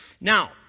Now